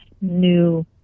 new